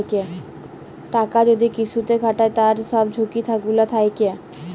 টাকা যদি কিসুতে খাটায় তার সব ঝুকি গুলা থাক্যে